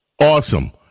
Awesome